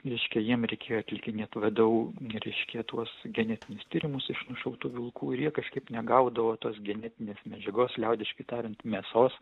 reiškia jiem reikėjo atlikinėt vdu reiškia tuos genetinius tyrimus iš nušautų vilkų ir jie kažkaip negaudavo tos genetinės medžiagos liaudiškai tariant mėsos